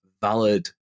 valid